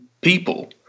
people